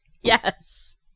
Yes